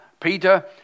Peter